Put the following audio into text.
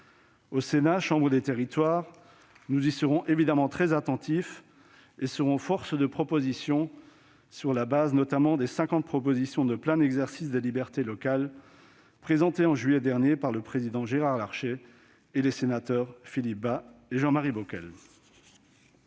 Au Sénat, chambre des territoires, nous y serons évidemment très attentifs et nous serons force de propositions, sur le fondement notamment des cinquante mesures de plein exercice des libertés locales présentées au mois de juillet dernier par le président Gérard Larcher et par MM. Philippe Bas et Jean-Marie Bockel.